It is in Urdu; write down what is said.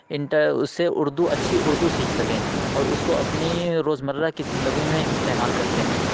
انٹر اِس سے اُردو اچھی اُردو سیکھ سکیں اور اُس کو اپنی روز مرہ کی زندگی میں استعمال کرتے ہیں